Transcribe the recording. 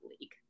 league